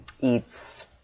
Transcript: eats